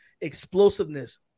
explosiveness